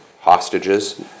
hostages